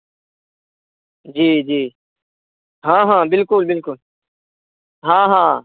जी जी हंँ हंँ बिल्कुल बिल्कुल हँ हँ